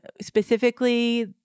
Specifically